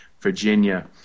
Virginia